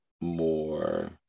more